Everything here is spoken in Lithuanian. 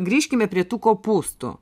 grįžkime prie tų kopūstų